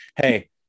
hey